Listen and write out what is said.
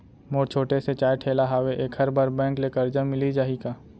मोर छोटे से चाय ठेला हावे एखर बर बैंक ले करजा मिलिस जाही का?